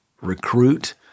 recruit